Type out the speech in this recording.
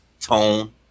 tone